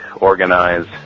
Organize